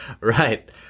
Right